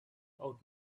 out